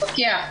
לפקח,